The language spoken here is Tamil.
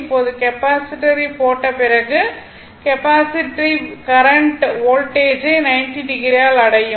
இப்போது கெப்பாசிட்டரை போட்ட பிறகு கெப்பாசிட்டிவ் கரண்ட் வோல்டேஜை 90o ஆல் அடையும்